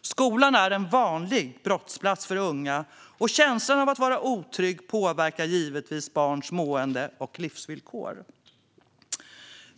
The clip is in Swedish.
Skolan är en vanlig brottsplats för unga, och känslan av att vara otrygg påverkar givetvis barns mående och livsvillkor."